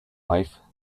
life